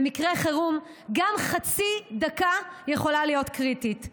במקרי חירום גם חצי דקה יכולה להיות קריטית.